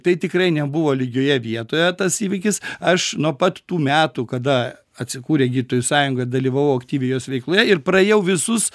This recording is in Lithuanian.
tai tikrai nebuvo lygioje vietoje tas įvykis aš nuo pat tų metų kada atsikūrė gydytojų sąjunga dalyvavau aktyviai jos veikloje ir praėjau visus